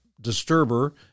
disturber